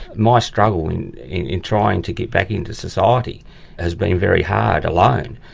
my struggle in in trying to get back into society has been very hard, alone,